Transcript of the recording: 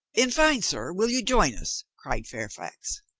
in fine, sir, will you join us? cried fairfax.